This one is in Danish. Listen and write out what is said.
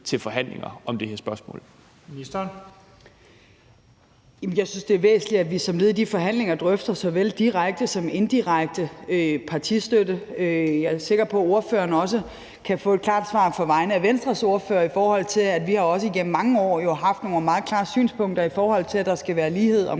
sundhedsministeren (Sophie Løhde): Jeg synes, det er væsentligt, at vi som led i de forhandlinger drøfter såvel direkte som indirekte partistøtte. Jeg er sikker på, at ordføreren også kan få et klart svar på vegne af Venstres ordfører, i forhold til at vi jo også igennem mange år har haft nogle meget klare synspunkter, i forhold til at der skal være lighed